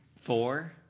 Four